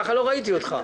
כך לא ראיתי אותך.